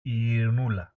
ειρηνούλα